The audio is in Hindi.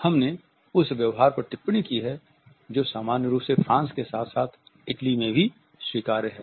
हमने उस व्यवहार पर टिप्पणी की है जो सामान्य रूप से फ्रांस के साथ साथ इटली में भी स्वीकार्य है